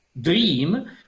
dream